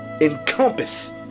encompass